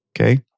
okay